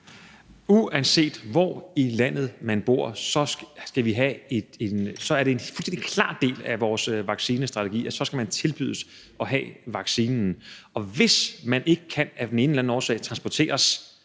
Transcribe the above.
Uanset hvor i landet man bor, er det en fuldstændig klar del af vores vaccinestrategi, at man skal tilbydes at få vaccinationen, og hvis man af den ene eller den anden årsag ikke kan transporteres